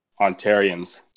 Ontarians